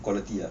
quality ah